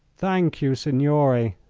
thank you, signore,